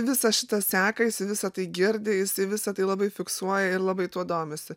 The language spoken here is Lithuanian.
visą šitą seka jisai visa tai girdi jisai visa tai labai fiksuoja ir labai tuo domisi